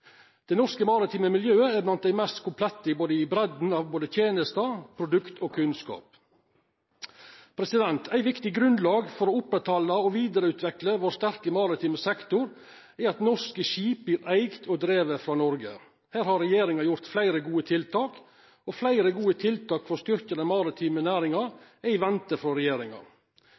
den nest største eksportnæringa etter oljenæringa. Det norske maritime miljøet er blant dei mest komplette i breidda av både tenester, produkt og kunnskap. Eit viktig grunnlag for å oppretthalda og vidareutvikla vår sterke maritime sektor er at norske skip vert eigde og drivne frå Noreg. Her har regjeringa gjort fleire gode tiltak, og fleire gode tiltak for å styrkja den maritime næringa er i vente frå regjeringa.